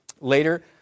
later